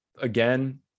again